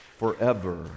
Forever